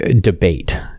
debate